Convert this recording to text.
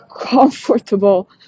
comfortable